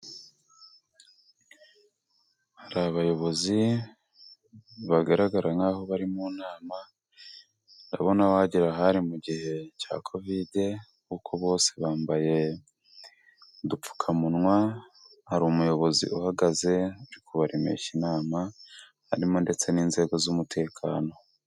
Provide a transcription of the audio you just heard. Hari abayobozi bagaragara nk'aho bari mu nama. Urabona wagira hari mu gihe cya Kovide kuko bose bambaye udupfukamunwa. Hari umuyobozi uhagaze kubaremesha inama, harimo ndetse n'inzego z'umutekano.